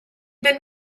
been